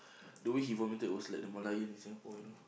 the way he vomited was like the Merlion in Singapore you know